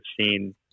seen